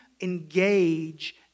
engage